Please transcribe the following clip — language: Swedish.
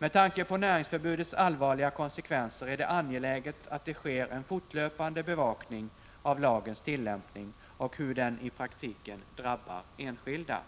Med tanke på näringsförbudets allvarliga konsekvenser är det angeläget att det sker en fortlöpande bevakning av lagens tillämpning och hur den i praktiken drabbar enskilda.